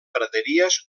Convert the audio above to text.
praderies